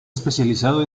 especializado